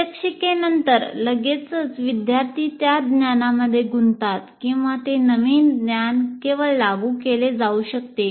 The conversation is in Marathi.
प्रात्यक्षिकेनंतर लगेचच विद्यार्थी त्या ज्ञानामध्ये गुंततात किंवा ते नवीन ज्ञान केवळ 'लागू' केले जाऊ शकते